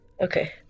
Okay